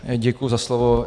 Děkuji za slovo.